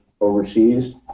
overseas